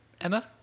Emma